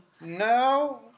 No